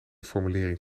formulering